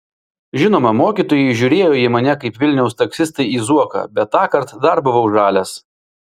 žinoma mokytojai žiūrėjo į mane kaip vilniaus taksistai į zuoką bet tąkart dar buvau žalias